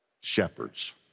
Shepherds